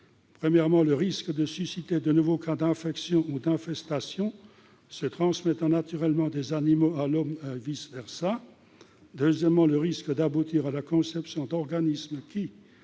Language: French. premier est de susciter de nouveaux cas d'infection ou d'infestation se transmettant naturellement des animaux à l'homme et vice-versa ; le deuxième est d'aboutir à la conception d'organismes qui,